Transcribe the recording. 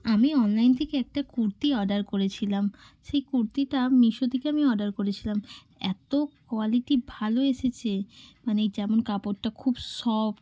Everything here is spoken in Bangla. আমি অনলাইন থেকে একটা কুর্তি অর্ডার করেছিলাম সেই কুর্তিটা মিশো থেকে আমি অর্ডার করেছিলাম এত কোয়ালিটি ভালো এসেছে মানে যেমন কাপড়টা খুব সফট